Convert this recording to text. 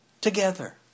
together